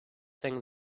thing